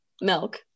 milk